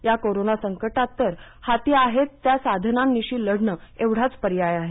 या कोरोनासंकटात तर हाती आहेत त्या साधनांनिशी लढणं एवढाच पर्याय आहे